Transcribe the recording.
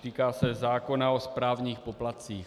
Týká se zákona o správních poplatcích.